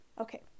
Okay